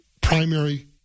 primary